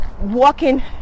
walking